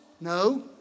No